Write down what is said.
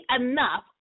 enough